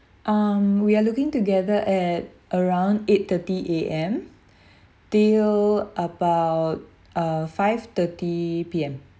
um we are looking together at around eight-thirty A_M till about uh five-thirty P_M